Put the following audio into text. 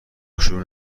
شروع